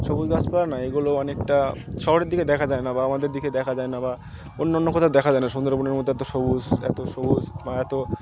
সবুজ গাছপালা না এগুলো অনেকটা শহরের দিকে দেখা যায় না বা আমাদের দিকে দেখা যায় না বা অন্য অন্য কোথাও দেখা যায় না সুন্দরবনের মধ্যে এত সবুজ এত সবুজ বা এত